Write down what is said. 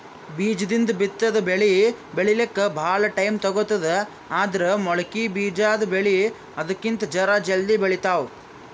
ಬೀಜದಿಂದ್ ಬಿತ್ತಿದ್ ಬೆಳಿ ಬೆಳಿಲಿಕ್ಕ್ ಭಾಳ್ ಟೈಮ್ ತಗೋತದ್ ಆದ್ರ್ ಮೊಳಕೆ ಬಿಜಾದ್ ಬೆಳಿ ಅದಕ್ಕಿಂತ್ ಜರ ಜಲ್ದಿ ಬೆಳಿತಾವ್